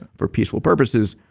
for peaceful purposes.